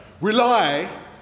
rely